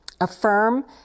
affirm